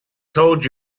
told